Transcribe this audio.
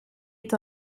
est